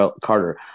Carter